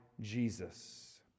Jesus